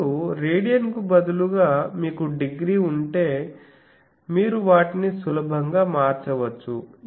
ఇప్పుడు రేడియన్కు బదులుగా మీకు డిగ్రీ ఉంటే మీరు వాటిని సులభంగా మార్చవచ్చు